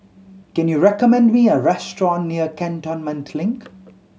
can you recommend me a restaurant near Cantonment Link